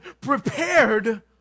Prepared